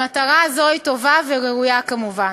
המטרה הזאת היא טובה וראויה, כמובן.